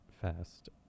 Fast